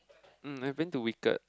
mm I've been to Wicked